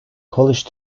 college